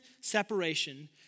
separation